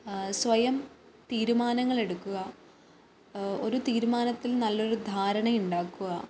സ്വയം തീരുമാനങ്ങൾ എടുക്കുക ഒരു തീരുമാനത്തിൽ നല്ലൊരു ധാരണ ഉണ്ടാക്കുക